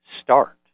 start